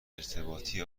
ارتباطی